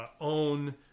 own